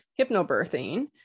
Hypnobirthing